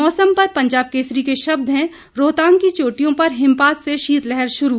मौसम पर पंजाब केसरी के शब्द हैं रोहतांग की चोंटियों पर हिमपात से शीतलहर शुरू